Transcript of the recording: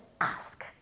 ask